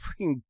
freaking